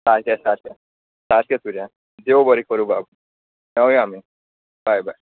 सारकें सारकें सारकें तुजें देव बरें करूं बाब मेवया आमी बाय बाय